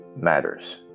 matters